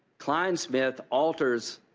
klein smith alters